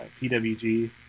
PWG